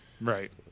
Right